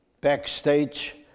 backstage